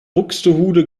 buxtehude